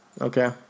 Okay